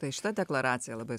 tai šita deklaracija labai